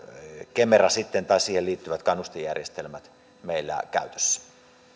kemera tai siihen liittyvät kannustinjärjestelmät meillä käytössä